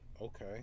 Okay